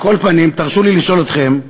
על כל פנים, תרשו לי לשאול אתכם: